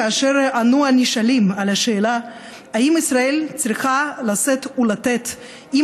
כאשר ענו הנשאלים על השאלה אם ישראל צריכה לשאת ולתת עם